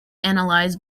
analyzed